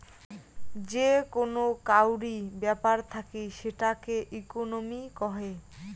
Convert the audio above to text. যে কোন কাউরি ব্যাপার থাকি সেটাকে ইকোনোমি কহে